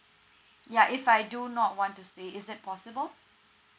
ya if I do not want to stay is it possible